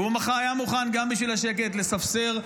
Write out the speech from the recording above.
והוא היה מוכן בשביל השקט לספסר,